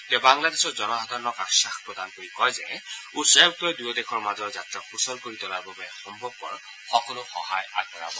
তেওঁ বাংলাদেশৰ জনসাধাৰণক আধাস প্ৰদান কৰি কয় যে উচ্চায়ুক্তই দুয়ো দেশৰ মাজৰ যাত্ৰা সুচল কৰি তোলাৰ বাবে সম্ভৱপৰ সকলো সহায় আগবঢ়াব